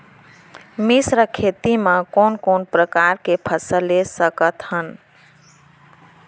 मिश्र खेती मा कोन कोन प्रकार के फसल ले सकत हन?